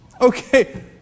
Okay